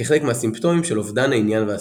כחלק מהסימפטומים של אובדן העניין בסביבה.